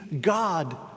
God